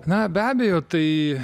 na be abejo tai